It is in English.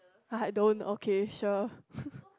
I don't okay sure